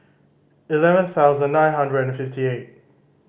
eleven thousand nine hundred fifty eight